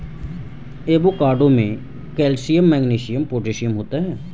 avocado में calcium magnesium potassium होता है